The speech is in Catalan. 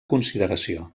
consideració